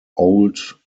old